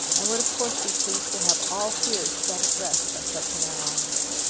and would of course be pleased to have all fears set at rest by such an alliance.